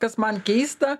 kas man keista